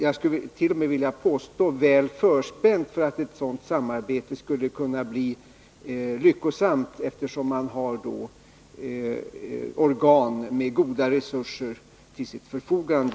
Jag skulle t.o.m. vilja påstå att det är väl förspänt för att ett sådant samarbete skulle bli lyckosamt, eftersom man i norrländskt näringsliv har organ med goda resurser till sitt förfogande.